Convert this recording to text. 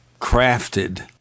crafted